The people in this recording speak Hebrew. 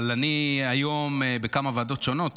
אבל אני היום בכמה ועדות שונות,